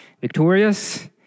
victorious